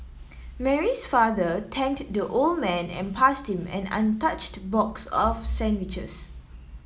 Mary's father thanked the old man and passed him an untouched box of sandwiches